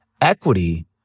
equity